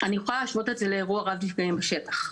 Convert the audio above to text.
אני יכולה להשוות את זה לאירוע רב נפגעים בשטח,